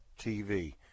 TV